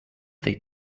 they